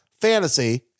Fantasy